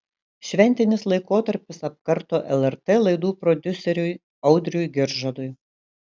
šventinis laikotarpis apkarto lrt laidų prodiuseriui audriui giržadui